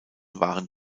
waren